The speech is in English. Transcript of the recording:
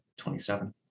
27